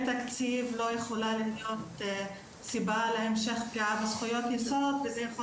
תקציב לא יכולים להיות סיבה להמשך פגיעה בזכויות יסוד וזה יכול